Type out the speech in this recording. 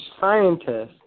scientists